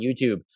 YouTube